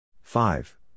five